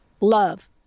Love